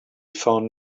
found